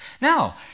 Now